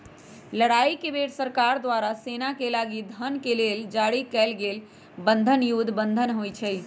लड़ाई के बेर सरकार द्वारा सेनाके लागी धन के लेल जारी कएल गेल बन्धन युद्ध बन्धन होइ छइ